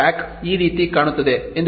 stack ಈ ರೀತಿ ಕಾಣುತ್ತದೆ ಎಂದು ಹೇಳೋಣ